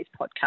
podcast